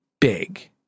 big